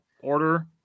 order